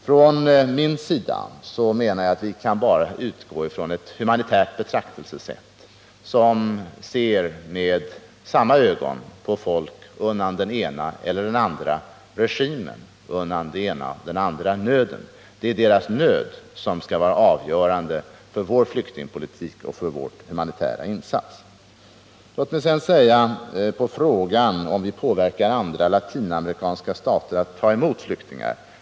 Jag anser att vi endast kan utgå från ett humanitärt betraktelsesätt, som ser med samma ögon på folk på flykt undan den ena eller den andra regimen, undan det ena eller det andra slaget av nöd; det är deras nöd som skall vara avgörande för vår flyktingpolitik och för vår humanitära insats. Sedan ställdes en fråga om huruvida vi påverkar andra latinamerikanska stater att ta emot flyktingar.